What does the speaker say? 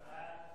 חוק לתיקון